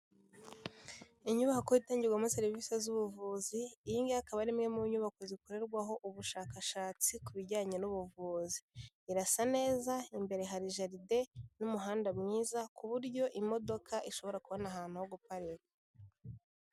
Inyubako itangirwamo serivise z'ubuvuzi, iyi ngiyi akaba ari imwe mu nyubako zikorerwaho ubushakashatsi ku bijyanye n'ubuvuzi. Irasa neza, imbere hari jaride n'umuhanda mwiza ku buryo imodoka ishobora kubona ahantu ho guparika.